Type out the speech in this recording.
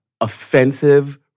offensive